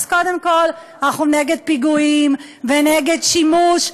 אז קודם כול, אנחנו נגד פיגועים ונגד שימוש,